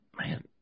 man